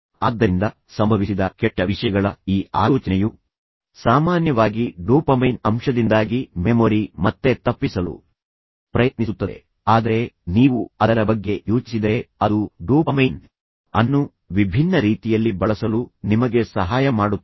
ಆದ್ದರಿಂದ ಸಂಭವಿಸಿದ ಕೆಟ್ಟ ವಿಷಯಗಳ ಈ ಆಲೋಚನೆಯು ಸಾಮಾನ್ಯವಾಗಿ ಡೋಪಮೈನ್ ಅಂಶದಿಂದಾಗಿ ಮೆಮೊರಿ ಮತ್ತೆ ತಪ್ಪಿಸಲು ಪ್ರಯತ್ನಿಸುತ್ತದೆ ಆದರೆ ನೀವು ಅದರ ಬಗ್ಗೆ ಯೋಚಿಸಿದರೆ ಅದು ಡೋಪಮೈನ್ ಅನ್ನು ವಿಭಿನ್ನ ರೀತಿಯಲ್ಲಿ ಬಳಸಲು ನಿಮಗೆ ಸಹಾಯ ಮಾಡುತ್ತದೆ